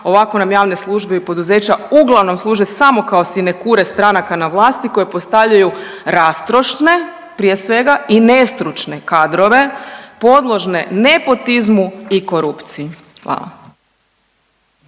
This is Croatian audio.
ovako nam javne službe i poduzeća uglavnom služe samo kao sinekure stranaka na vlasti koje postavljaju rastrošne prije svega i nestručne kadrove podložne nepotizmu i korupciji. Hvala.